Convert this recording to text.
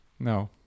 No